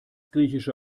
griechische